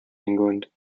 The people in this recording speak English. england